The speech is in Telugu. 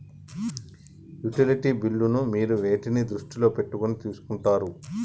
యుటిలిటీ బిల్లులను మీరు వేటిని దృష్టిలో పెట్టుకొని తీసుకుంటారు?